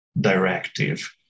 directive